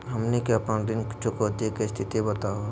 हमनी के अपन ऋण चुकौती के स्थिति बताहु हो?